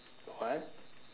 what